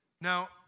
Now